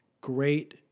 Great-